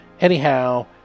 Anyhow